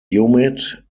humid